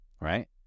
right